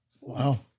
Wow